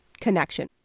connection